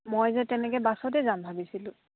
মই যে তেনেকে বাছতে যাম ভাবিছিলোঁ